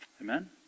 Amen